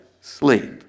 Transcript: sleep